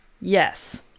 Yes